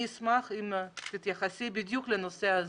אני אשמח אם תתייחסי לנושא הזה,